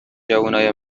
جوونای